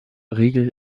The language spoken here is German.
regel